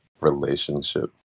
relationship